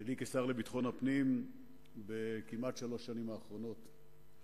שלי כשר לביטחון הפנים בשלוש השנים האחרונות כמעט.